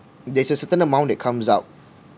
there's a certain amount that comes out